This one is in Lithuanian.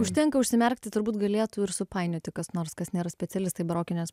užtenka užsimerkti turbūt galėtų ir supainioti kas nors kas nėra specialistai barokinės